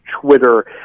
Twitter